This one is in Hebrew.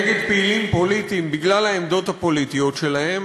נגד פעילים פוליטיים בגלל העמדות הפוליטיות שלהם,